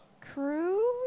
crew